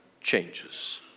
changes